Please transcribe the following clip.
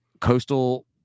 Coastal